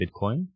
Bitcoin